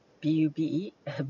B-U-B-E